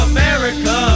America